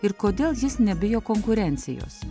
ir kodėl jis nebijo konkurencijos